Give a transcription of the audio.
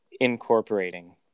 incorporating